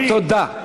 אדוני, תודה.